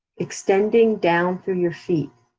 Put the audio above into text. extending down through your feet,